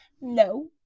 No